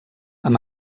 amb